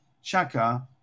Shaka –